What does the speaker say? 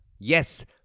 Yes